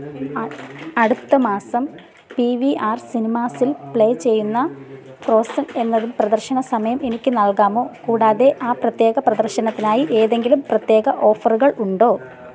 അടുത്ത മാസം P V R സിനിമാസിൽ പ്ലേ ചെയ്യുന്ന ഫ്രോസൺ എന്നതിൽ പ്രദർശന സമയം എനിക്ക് നൽകാമോ കൂടാതെ ആ പ്രത്യേക പ്രദർശനത്തിനായി എന്തെങ്കിലും പ്രത്യേക ഓഫറുകൾ ഉണ്ടോ